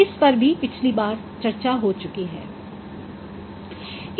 इस पर भी पिछली बार चर्चा हो चुकी है